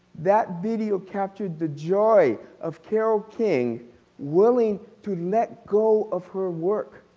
that video captures the joy of carole king willing to let go of her work.